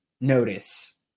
notice